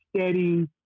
steady